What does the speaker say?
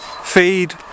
feed